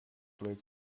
leuk